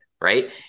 Right